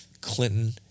Clinton